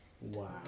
wow